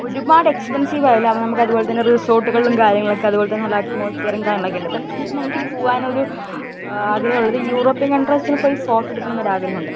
ഒരുപാട് എക്സ്പെൻസീവ് ആയാലും അപ്പം നമുക്ക് അതുപോലെ തന്നെ റിസോർട്ടുകളും കാര്യങ്ങളൊക്കെ അതുപോലെ തന്നെ നല്ല അറ്റ്മോസ്ഫിയറും കാര്യങ്ങളൊക്കെ ഉണ്ട് ഇപ്പം എനിക്ക് പോവാൻ ഒരു ആഗ്രഹമുള്ളത് യൂറോപ്പ്യൻ കൺട്രീസിൽ പോയി ഫോട്ടോ എടുക്കണം ഒരു ആഗ്രഹമുണ്ട്